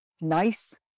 nice